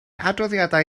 adroddiadau